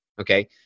Okay